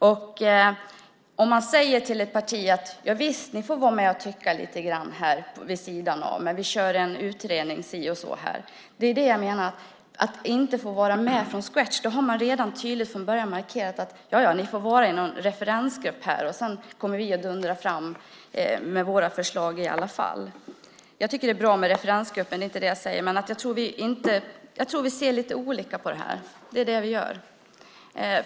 Om man säger till ett parti att de får vara med och tycka lite vid sidan om men att vi kör en utredning så har man redan från början tydligt markerat att de får vara med i en referensgrupp och att man sedan kommer att dundra fram med sina förslag ändå. Jag tycker att det är bra med referensgrupper, men vi ser olika på detta.